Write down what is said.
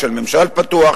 של ממשל פתוח,